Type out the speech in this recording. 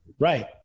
Right